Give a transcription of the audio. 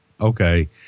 okay